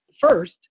First